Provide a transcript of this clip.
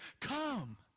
come